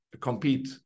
compete